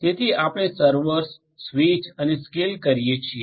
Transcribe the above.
તેથી આપણે servers switch અને સ્કેલ કરીએ છીએ